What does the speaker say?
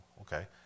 okay